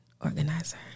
organizer